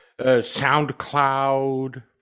SoundCloud